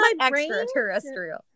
extraterrestrial